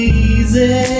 easy